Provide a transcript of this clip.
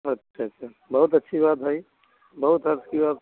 अच्छा अच्छा बहुत अच्छी बात भाई बहुत अच्छी बात